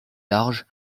large